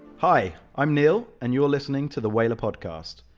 hi, i'm neil and you're listening to the whalar podcast,